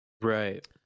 Right